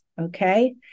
okay